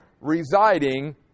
residing